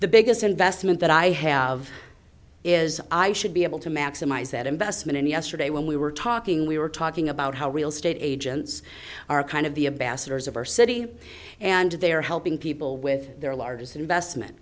the biggest investment that i have is i should be able to maximize that investment and yesterday when we were talking we were talking about how real estate agents are kind of the a basters of our city and they're helping people with their largest investment